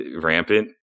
rampant